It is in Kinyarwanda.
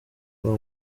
kwa